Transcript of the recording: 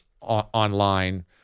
online